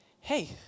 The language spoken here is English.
hey